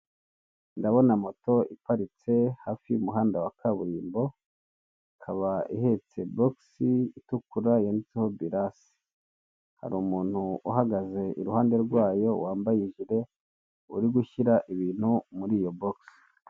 Ndabona moto iparitse hafi y'umuhanda wa kaburimbo ikaba ihetse bogisi itukura yanditseho grasi, hari umuntu uhagaze iruhande rwayo wambaye ijire uri gushyira ibintu muri iyo bogisi.